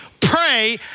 pray